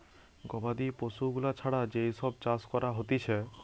গবাদি পশু গুলা ছাড়া যেই সব চাষ করা হতিছে